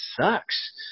sucks